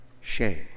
shame